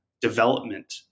development